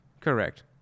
Correct